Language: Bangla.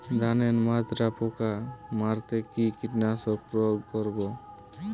ধানের মাজরা পোকা মারতে কি কীটনাশক প্রয়োগ করব?